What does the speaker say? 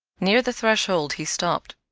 near the threshold he stopped,